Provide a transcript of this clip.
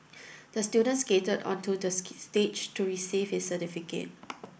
the student skated onto the stage to receive his certificate